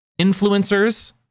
Influencers